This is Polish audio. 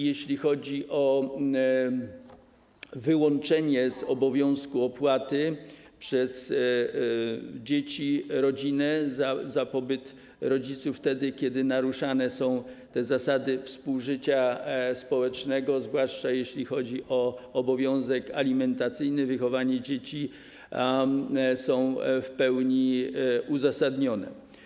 Jeśli chodzi o wyłączenie z obowiązku opłacania przez dzieci, rodzinę pobytu rodziców wtedy, kiedy naruszane są zasady współżycia społecznego, zwłaszcza jeśli chodzi o obowiązek alimentacyjny czy wychowanie dzieci, jest to w pełni uzasadnione.